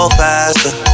faster